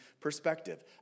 perspective